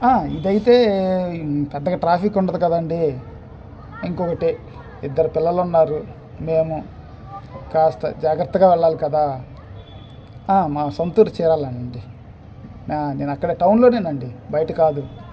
ఇది అయితే పెద్దగా ట్రాఫిక్ ఉండదు కదండీ ఇంకొకటి ఇద్దరు పిల్లలు ఉన్నారు మేము కాస్త జాగ్రత్తగా వెళ్లాలి కదా మా సొంతూరు చీరాల అండి నేను అక్కడే టౌన్లోనే అండి బయట కాదు